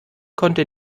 konnte